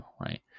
right